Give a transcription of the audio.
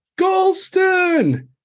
Golston